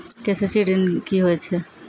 KCC ॠन की होय छै?